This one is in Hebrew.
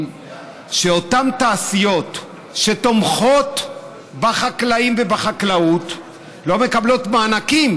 שאותן תעשיות שתומכות בחקלאים ובחקלאות לא מקבלות מענקים,